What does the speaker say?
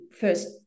first